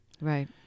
Right